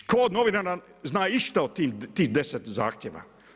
Tko od novinara zna išta o tih 10 zahtjeva?